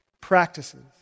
practices